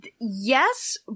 Yes